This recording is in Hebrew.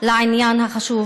לעניין החשוב,